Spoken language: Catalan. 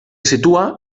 situa